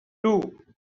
two